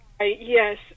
Yes